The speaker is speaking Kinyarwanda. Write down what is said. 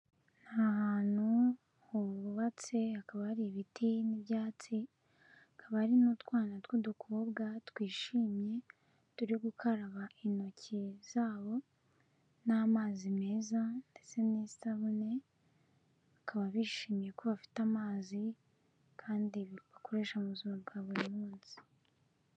Ni ahantu hubatse, hakaba hari ibiti n'ibyatsi, hakaba hari n'utwana tw'udukobwa twishimye, turi gukaraba intoki zabo n'amazi meza ndetse n'isabune, bakaba bishimiye ko bafite amazi kandi bakoresha mu buzima bwa buri munsi.